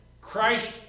Christ